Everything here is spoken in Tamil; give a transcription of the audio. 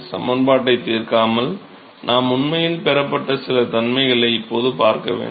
சமன்பாட்டைத் தீர்க்காமல் நாம் உண்மையில் பெறப்பட்ட சில தன்மைகளை இப்போது பார்க்க வேண்டும்